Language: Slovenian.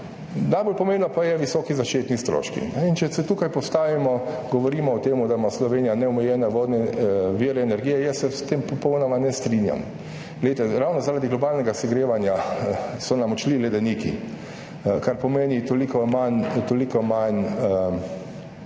Najbolj pomembni pa so visoki zaščitni stroški in če tukaj govorimo o tem, da ima Slovenija neomejene vodne vire energije, jaz se s tem popolnoma ne strinjam. Ravno zaradi globalnega segrevanja so nam odšli ledeniki, kar pomeni toliko manj